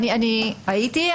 אני הייתי.